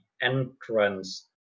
entrance